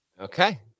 Okay